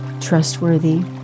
trustworthy